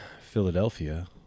Philadelphia